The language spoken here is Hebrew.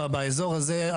באזור הזה,